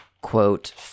quote